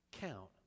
count